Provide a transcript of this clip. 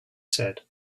said